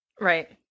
Right